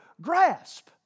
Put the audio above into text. grasp